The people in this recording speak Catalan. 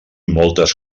moltes